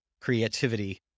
creativity